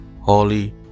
holy